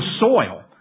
soil